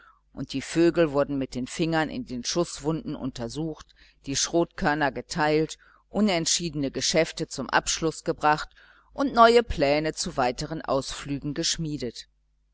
und die vögel wurden mit den fingern in den schußwunden untersucht die schrotkörner geteilt unentschiedene geschäfte zum abschluß gebracht und neue pläne zu weiteren ausflügen geschmiedet